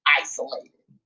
isolated